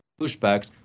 pushback